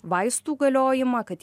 vaistų galiojimą kad